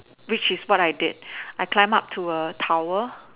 which is what I did I climb up to a tower